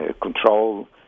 control